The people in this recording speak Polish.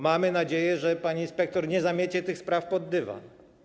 Mamy nadzieję, że pani inspektor nie zamiecie tych spraw pod dywan.